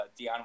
Deion